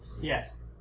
Yes